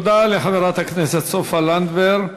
תודה לחברת הכנסת סופה לנדבר.